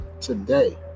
today